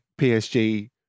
PSG